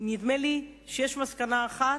נדמה לי שיש מסקנה אחת,